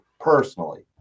personally